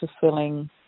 fulfilling